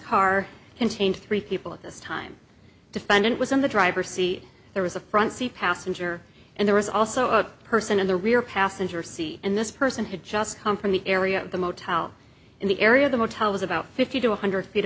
car contained three people at this time defendant was in the driver's seat there was a front seat passenger and there was also a person in the rear passenger seat and this person had just come from the area of the motel in the area of the motel was about fifty to one hundred feet